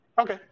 okay